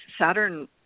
Saturn